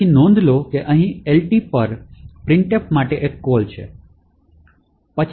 તેથી નોંધ લો કે અહીં LT પર printf માટે એક કોલ છે